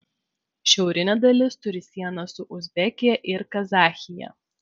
šiaurinė dalis turi sieną su uzbekija ir kazachija